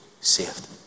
saved